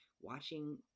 Watching